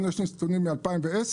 לנו יש נתונים מ-2010,